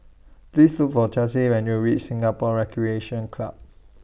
Please Look For Chelsy when YOU REACH Singapore Recreation Club